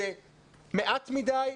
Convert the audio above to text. זה מעט מדי,